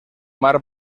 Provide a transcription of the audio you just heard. mar